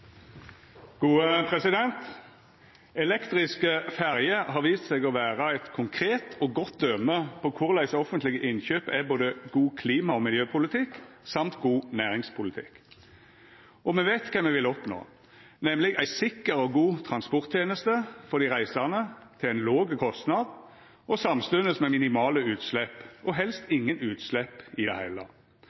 godt døme på korleis offentlege innkjøp er både god klima- og miljøpolitikk og god næringspolitikk. Me veit kva me vil oppnå, nemleg ei sikker og god transportteneste for dei reisande, til ein låg kostnad og samstundes med minimale utslepp, helst ingen utslepp i det heile.